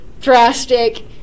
drastic